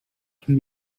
can